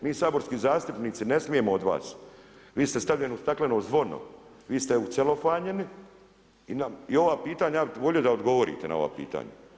Mi saborski zastupnici ne smijemo od vas, vi ste stavljeni u stakleno zvono, vi ste ucelofanjeni i ova pitanja, ja bih volio da odgovorite na ova pitanja.